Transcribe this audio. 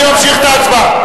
אני ממשיך את ההצבעה.